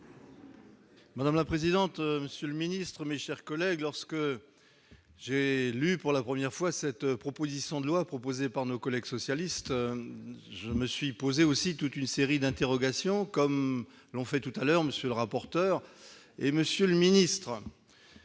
Madame la présidente, monsieur le Ministre, mes chers collègues, lorsque j'ai lu pour la première fois cette proposition de loi proposée par nos collègues socialistes, je me suis posé aussi toute une série d'interrogations, comme l'ont fait, tout à l'heure monsieur le rapporteur, et Monsieur le ministre